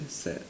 accept